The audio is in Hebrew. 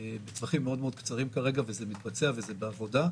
בטווחים מאוד מאוד קצרים כרגע וזה מתבצע וזה בעבודה.